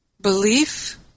belief